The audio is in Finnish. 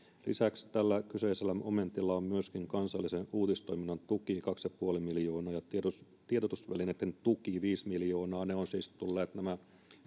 lisäksi tällä kyseisellä momentilla on myöskin kansallisen uutistoiminnan tuki kaksi pilkku viisi miljoonaa ja tiedotusvälineiden tuki viisi miljoonaa kun nämä